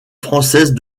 française